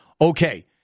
okay